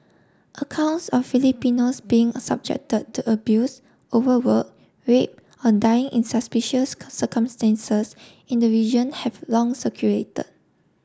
accounts of Filipinos being subject to abuse overwork rape or dying in suspicious circumstances in the region have long circulated